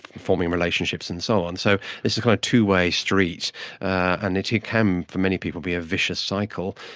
forming relationships and so on. so it's a kind of two-way street, and it can for many people be a vicious cycle.